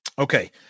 Okay